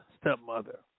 stepmother